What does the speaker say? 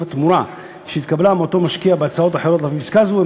התמורה שהתקבלה מאותו משקיע בהצעות אחרות לפי פסקה זו,